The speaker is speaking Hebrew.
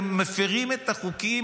הם מפירים את החוקים,